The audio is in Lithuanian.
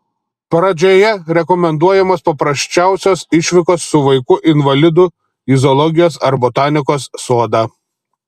pradžioje rekomenduojamos paprasčiausios išvykos su vaiku invalidu į zoologijos ar botanikos sodą